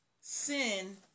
Sin